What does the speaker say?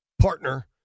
partner